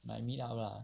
but meetup lah